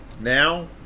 now